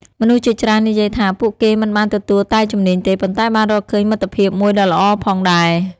មនុស្សជាច្រើននិយាយថា ពួកគេមិនបានទទួលតែជំនាញទេ ប៉ុន្តែបានរកឃើញមិត្តភាពមួយដ៏ល្អផងដែរ។